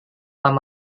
pak